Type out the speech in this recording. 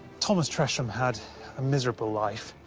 thomas tresham had a miserable life,